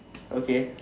okay